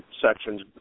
sections